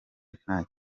nta